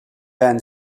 then